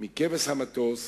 מכבש המטוס